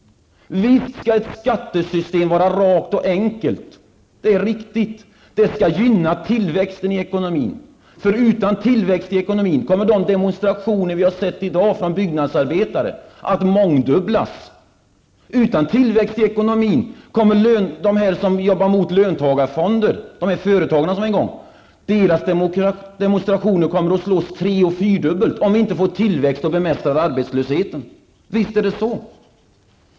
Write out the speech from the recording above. Det är riktigt att ett skattesystem skall vara rakt och enkelt. Skattesystemet skall gynna tillväxten i ekonomin, för utan tillväxt kommer sådana demonstrationer av den typ som vi har sett i dag, en demonstration genomförd av byggnadsarbetare, att mångdubblas. Utan tillväxt kommer antalet demonstrationer som organiseras av företag som arbetar mot löntagarfonder att bli tre och fyra gånger så stort, om inte arbetslösheten kan bemästras. Så kommer det att bli.